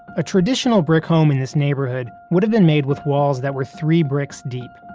a traditional brick home in this neighborhood would've been made with walls that were three bricks deep.